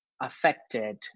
affected